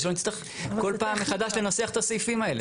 שלא נצטרך כל פעם מחדש לנסח את הסעיפים האלה.